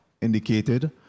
indicated